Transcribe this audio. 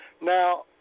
Now